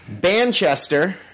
Banchester